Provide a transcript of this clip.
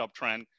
uptrend